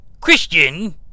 Christian